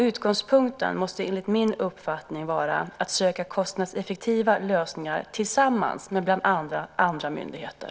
Utgångspunkten måste enligt min uppfattning vara att söka kostnadseffektiva lösningar tillsammans med bland annat andra myndigheter.